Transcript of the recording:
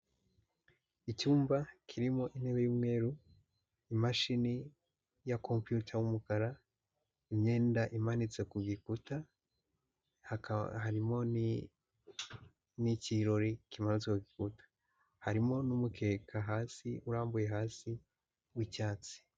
Icyumba kirimo intebe y'umweru, imashini ya computer y'umukara, imyenda imanitse ku gikuta, harimo n'ikirori kimanitse ku gikuta, harimo n'umuteka hasi urambuye hasi w'icyatsi.